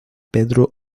pedro